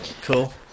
cool